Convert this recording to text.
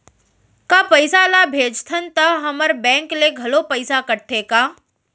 का पइसा ला भेजथन त हमर बैंक ले घलो पइसा कटथे का?